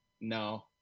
No